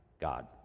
God